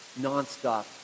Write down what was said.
nonstop